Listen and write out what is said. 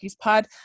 pod